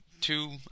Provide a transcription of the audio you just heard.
two